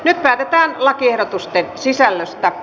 nyt päätetään lakiehdotusten sisällöstä